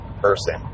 person